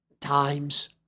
times